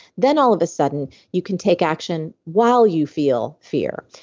then all of a sudden, you can take action while you feel fear.